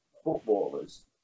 footballers